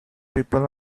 people